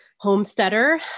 Homesteader